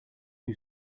new